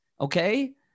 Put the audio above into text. Okay